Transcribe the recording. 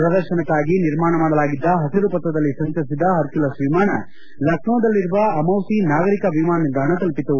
ಪ್ರದರ್ಶನಕಾಗಿ ನಿರ್ಮಾಣ ಮಾಡಲಾಗಿದ್ದ ಪಸಿರು ಪಥದಲ್ಲಿ ಸಂಚರಿಸಿದ ಹರ್ಕುಲಸ್ ವಿಮಾನ ಲಕ್ಯೋದಲ್ಲಿರುವ ಅಮೌಸಿ ನಾಗರಿಕ ವಿಮಾನ ನಿಲ್ಲಾಣ ತಲುಪಿತು